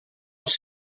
els